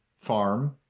farm